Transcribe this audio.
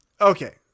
Okay